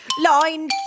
line